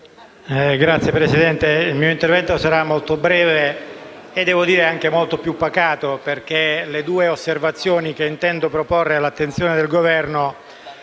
Signor Presidente, il mio intervento sarà molto breve e anche molto più pacato, perché le due osservazioni che intendo proporre all'attenzione del Governo